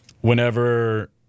whenever